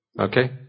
Okay